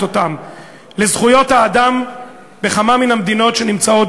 אותן לזכויות האדם בכמה מהמדינות הנמצאות,